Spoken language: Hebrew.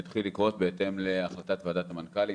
זה התחיל לקרות בהתאם להחלטת ועדת המנכ"לית